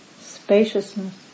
spaciousness